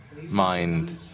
mind